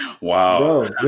Wow